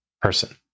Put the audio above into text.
person